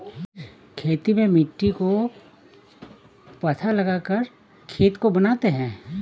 खेती में मिट्टी को पाथा लगाकर खेत को बनाते हैं?